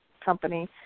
company